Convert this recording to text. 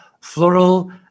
floral